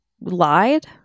lied